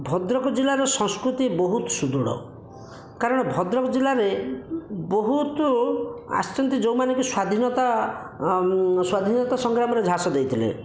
ଭଦ୍ରକ ଜିଲ୍ଲାର ସଂସ୍କୃତି ବହୁତ ସୁଦୃଢ଼ କାରଣ ଭଦ୍ରକ ଜିଲ୍ଲାରେ ବହୁତ ଆସିଛନ୍ତିକି ଯେଉଁମାନେକି ସ୍ଵାଧୀନତା ସ୍ଵାଧୀନତା ସଂଗ୍ରାମୀରେ ଝାସ ଦେଇ ଥିଲେ